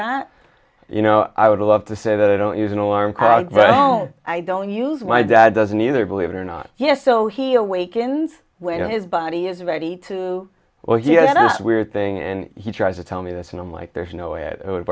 that you know i would love to say that i don't use an alarm clock but i don't use my dad doesn't either believe it or not yes so he awakens when his body is ready to well you know the weird thing and he tries to tell me this and i'm like there's no way it would